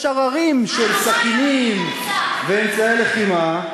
יש הררים של סכינים ואמצעי לחימה,